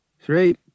Three